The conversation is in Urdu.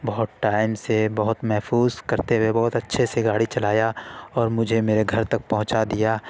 بہت ٹائم سے بہت محفوظ کرتے ہوئے بہت اچھے سے گاڑی چلایا اور مجھے میرے گھر تک پہنچا دیا